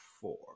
four